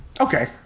Okay